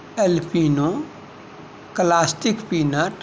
Alpino classic peanut